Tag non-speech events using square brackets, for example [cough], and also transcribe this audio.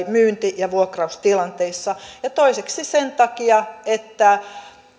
[unintelligible] myynti ja vuokraustilanteissa ja toiseksi sen takia että